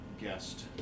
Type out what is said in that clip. guest